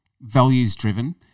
values-driven